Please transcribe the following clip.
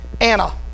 Anna